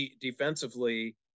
defensively